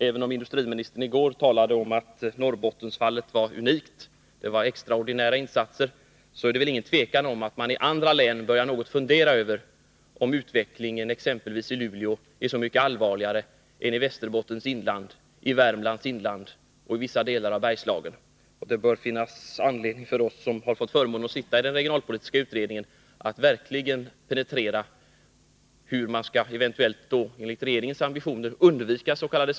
Även om industriministern i går talade om att Norrbottensfallet var unikt, det var extraordinära insatser, så är det väl inget tvivel om att man i andra län börjar något fundera om utvecklingen exempelvis i Luleå är så mycket allvarligare än utvecklingen i Västerbottens inland, i Värmlands inland eller vissa delar av Bergslagen. Det bör finnas anledning för oss som fått förmånen att sitta i den regionalpolitiska utredningen att verkligen överväga hur man eventuellt, enligt regeringens ambitioner, skall kunna undvikas.k.